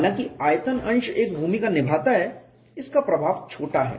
हालांकि आयतन अंश एक भूमिका निभाता है इसका प्रभाव छोटा है